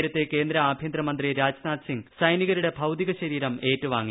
നേരത്തെ കേന്ദ്ര ആഭ്യന്തരമന്ത്രി രാജ്നാഥ് സിംഗ് സൈനികരുടെ ഭൌതികശരീരം ഏറ്റുവാങ്ങി